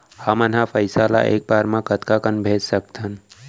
हमन ह पइसा ला एक बार मा कतका कन भेज सकथन?